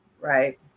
Right